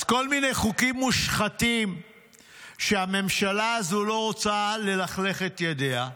אז כל מיני חוקים מושחתים שהממשלה הזו לא רוצה ללכלך בהם את ידיה,